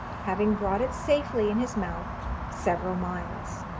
having brought it safely in his mouth several miles.